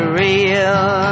real